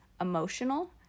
emotional